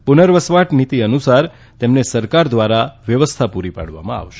પુનર્વસવાટ નીતી અનુસાર તેમને સરકાર દ્વારા વ્યવસ્થા પુરી પાડવામાં આવશે